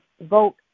vote